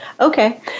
okay